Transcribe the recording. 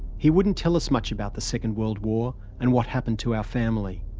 he wouldn't tell us much about the second world war and what happened to our family.